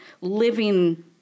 living